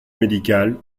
médicale